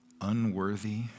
unworthy